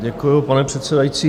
Děkuji, pane předsedající.